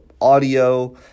audio